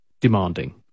demanding